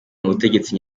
butegetsi